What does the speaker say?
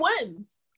wins